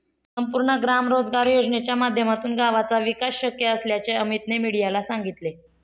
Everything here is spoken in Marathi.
संपूर्ण ग्राम रोजगार योजनेच्या माध्यमातूनच गावाचा विकास शक्य असल्याचे अमीतने मीडियाला सांगितले